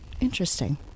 Interesting